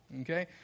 Okay